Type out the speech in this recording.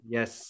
Yes